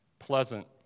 pleasant